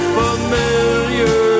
familiar